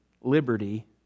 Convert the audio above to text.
liberty